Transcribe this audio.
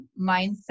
mindset